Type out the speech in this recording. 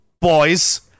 boys